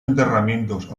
enterramientos